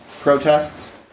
protests